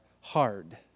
hard